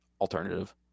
alternative